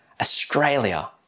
Australia